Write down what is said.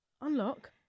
unlock